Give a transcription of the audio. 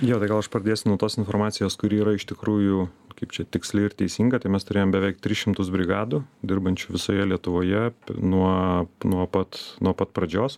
jo tai gal aš pradėsiu nuo tos informacijos kuri yra iš tikrųjų kaip čia tiksli ir teisinga tai mes turėjom beveik tris šimtus brigadų dirbančių visoje lietuvoje nuo nuo pat nuo pat pradžios